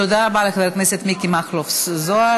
תודה רבה לחבר הכנסת מיקי מכלוף זוהר.